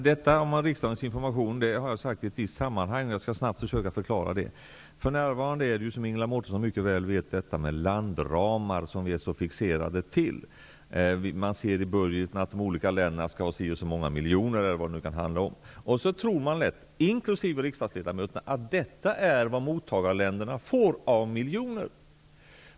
Herr talman! Jag har talat om information till riksdagen i olika sammanhang. För närvarande råder det en fixering vid landramar. I budgeten framgår det att länderna skall ha si och så många miljoner. Sedan är det lätt att tro, inkl. för riksdagsledamöterna, att detta är vad mottagarländerna får i miljoner.